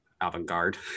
avant-garde